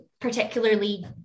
particularly